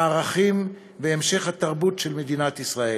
הערכים והמשך התרבות של מדינת ישראל.